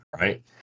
right